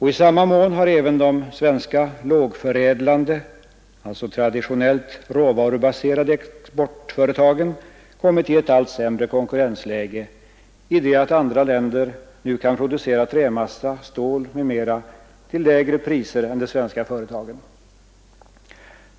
I samma mån har de svenska lågförädlande, alltså traditionellt råvarubaserade, exportföretagen kommit i ett allt sämre konkurrensläge i det att andra länder nu kan producera trämassa, stål m.m. till lägre priser än de svenska företagen.